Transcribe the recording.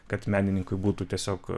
kad menininkui būtų tiesiog